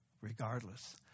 regardless